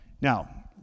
Now